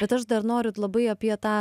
bet aš dar noriu labai apie tą